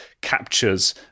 captures